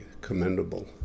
commendable